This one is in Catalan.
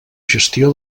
gestió